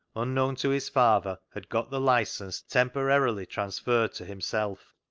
unknown to his father, had got the licence temporarily transferred to himself.